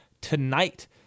Tonight